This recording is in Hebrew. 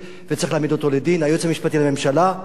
היועץ המשפטי לממשלה, כפי שאתה יודע, החליט